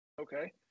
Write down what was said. Okay